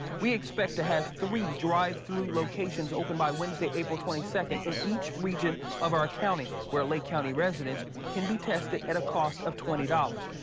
we expect to have three drive-thru locations open by wednesday april twenty second in each region of our county where lee county residents can be tested at a cost of twenty dollars.